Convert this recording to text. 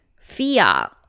fear